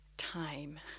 time